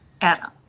Adam